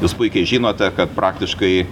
jūs puikiai žinote kad praktiškai